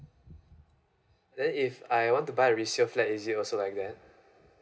then if I want to buy resale flat is it also like that